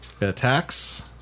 attacks